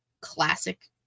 classic